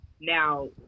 now